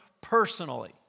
personally